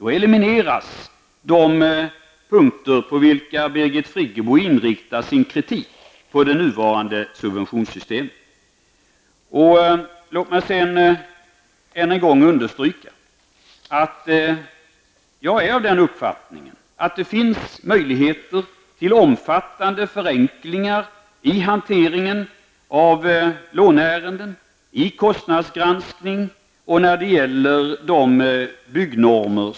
Då skulle det i det nuvarande subventionssystemet som Birgit Friggebo inriktar sin kritik mot elimineras. Låt mig sedan än en gång understryka att jag är av den uppfattningen att det finns möjligheter till omfattande förenklingar i hanteringen av låneärenden, vid kostnadsgranskning och när det gäller byggnormerna.